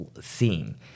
seeing